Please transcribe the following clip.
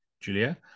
Julia